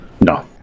No